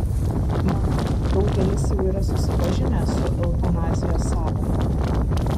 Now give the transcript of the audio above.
manau daugelis jau yra susipažinę su eutanazijos sąvoka